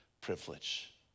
privilege